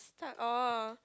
start oh